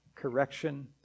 correction